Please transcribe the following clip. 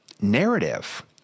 narrative